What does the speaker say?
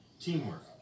Teamwork